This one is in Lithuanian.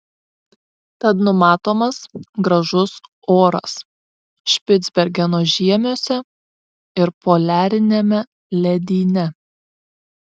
tad numatomas gražus oras špicbergeno žiemiuose ir poliariniame ledyne